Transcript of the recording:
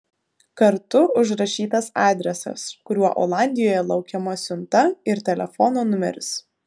kartu užrašytas adresas kuriuo olandijoje laukiama siunta ir telefono numeris